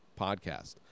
podcast